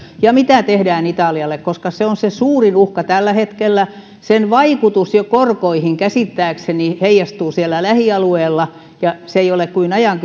ja mitä tehdään italialle koska se on suurin uhka tällä hetkellä sen vaikutus korkoihin käsittääkseni heijastuu jo siellä lähialueella se ei ole kuin ajan